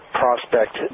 prospect